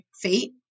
feet